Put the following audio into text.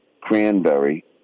cranberry